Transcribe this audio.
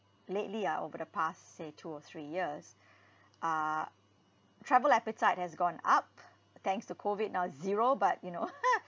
lately ah over the past say two or three years uh travel appetite has gone up thanks to COVID now zero but you know